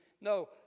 No